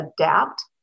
adapt